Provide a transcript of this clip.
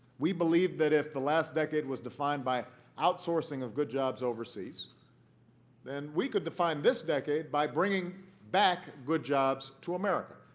we believe that if the last decade was defined by outsourcing of good jobs overseas then we could define this decade by bringing back good jobs to america.